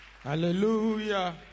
Hallelujah